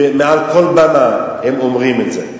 מעל כל במה הם אומרים את זה.